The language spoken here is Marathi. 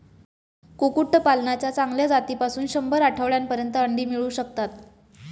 कुक्कुटपालनाच्या चांगल्या जातीपासून शंभर आठवड्यांपर्यंत अंडी मिळू शकतात